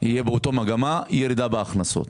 ראינו ירידה בהכנסות.